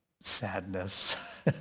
sadness